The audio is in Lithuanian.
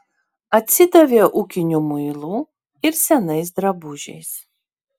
atsidavė ūkiniu muilu ir senais drabužiais